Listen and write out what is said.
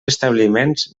establiments